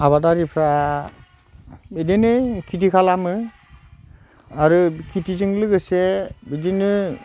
आबादारिफ्रा इदिनो खिथि खालामो आरो खिथिजों लोगोसे बिदिनो